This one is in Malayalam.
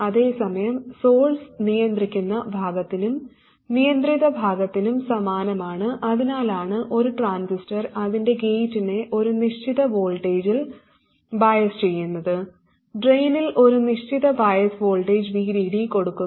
അതേസമയം സോഴ്സ് നിയന്ത്രിക്കുന്ന ഭാഗത്തിനും നിയന്ത്രിത ഭാഗത്തിനും സമാനമാണ് അതിനാലാണ് ഒരു ട്രാൻസിസ്റ്റർ അതിന്റെ ഗേറ്റിനെ ഒരു നിശ്ചിത വോൾട്ടേജിൽ ബയസ് ചെയ്യുന്നത് ഡ്രെയിനിൽ ഒരു നിശ്ചിത ബയാസ് വോൾട്ടേജ് VDD കൊടുക്കുന്നു